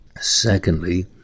Secondly